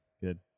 Good